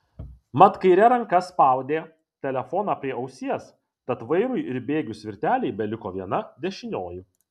mat kaire ranka spaudė telefoną prie ausies tad vairui ir bėgių svirtelei beliko viena dešinioji